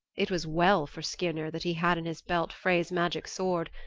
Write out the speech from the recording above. it was well for skirnir that he had in his belt frey's magic sword.